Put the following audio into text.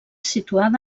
situada